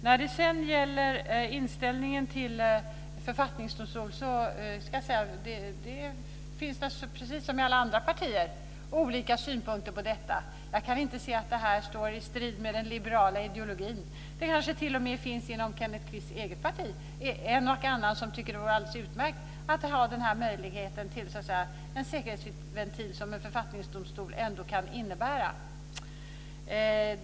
När det sedan gäller vår inställning till författningsdomstol finns det naturligtvis, precis som i alla andra partier, olika synpunkter på detta. Jag kan inte se att det här står i strid med den liberala ideologin. Det kanske t.o.m. finns en och annan inom Kenneth Kvists eget parti som tycker att det vore alldeles utmärkt att ha den möjlighet till en säkerhetsventil som en författningsdomstol ändå kan innebära.